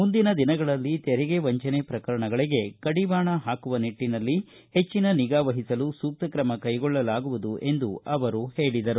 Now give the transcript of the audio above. ಮುಂದಿನ ದಿನಗಳಲ್ಲಿ ತೆರಿಗೆ ವಂಚನೆ ಪ್ರಕರಣಗಳಿಗೆ ಕಡಿವಾಣ ಹಾಕುವ ನಿಟ್ಟಿನಲ್ಲಿ ಹೆಚ್ಚಿನ ನಿಗಾ ವಹಿಸಲು ಸೂಕ್ತ ಕ್ರಮ ಕೈಗೊಳ್ಳಲಾಗುವುದು ಎಂದು ಅವರು ಹೇಳಿದರು